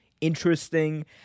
interesting